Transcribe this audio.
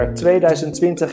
2020